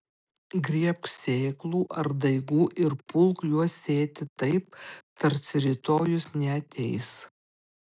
griebk sėklų ar daigų ir pulk juos sėti taip tarsi rytojus neateis